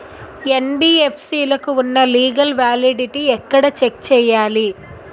NBFC లకు ఉన్నా legal validity ఎక్కడ చెక్ చేయాలి?